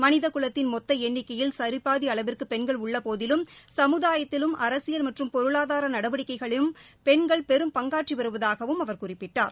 மனித குலத்தின் மொத்த எண்ணிக்கையில் சரிபாதி அளவிற்கு பெண்கள் உள்ள போதிலும் சமுதாயத்திலும் அரசியல் மற்றும் பொருளாதார நடவடிக்கைகளிலும் பெண்கள் பெரும் பங்காற்றி வருவதாகவும் அவர் குறிப்பிட்டார்